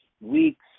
weeks